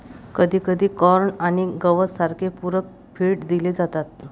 कधीकधी कॉर्न आणि गवत सारखे पूरक फीड दिले जातात